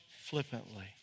flippantly